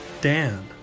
Dan